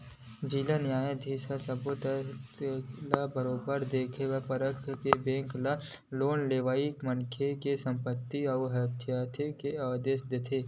जिला न्यायधीस ह सब्बो तथ्य ल बरोबर देख परख के बेंक ल लोन लेवइया मनखे के संपत्ति ल हथितेये के आदेश देथे